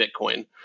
Bitcoin